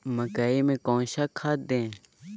मकई में कौन सा खाद दे?